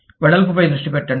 వెడల్పుపై దృష్టి పెట్టండి